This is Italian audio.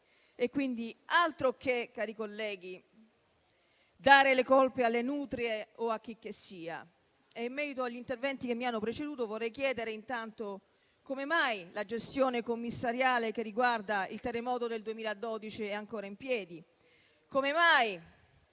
colleghi, altro che dare le colpe alle nutrie o a chicchessia. In merito agli interventi che mi hanno preceduto, vorrei chiedere intanto come mai la gestione commissariale che riguarda il terremoto del 2012 è ancora in piedi? Come mai